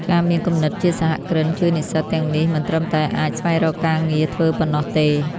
ការមានគំនិតជាសហគ្រិនជួយនិស្សិតទាំងនេះមិនត្រឹមតែអាចស្វែងរកការងារធ្វើប៉ុណ្ណោះទេ។